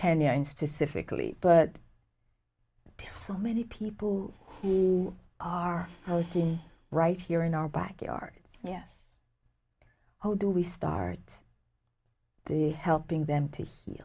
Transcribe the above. kenya and specifically but so many people who are right here in our backyard yes how do we start the helping them to